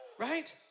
right